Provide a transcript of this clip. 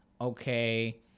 okay